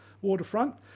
waterfront